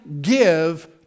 give